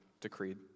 decreed